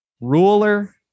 ruler